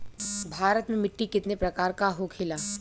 भारत में मिट्टी कितने प्रकार का होखे ला?